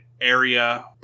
area